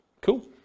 Cool